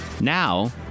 Now